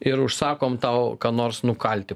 ir užsakom tau ką nors nukalti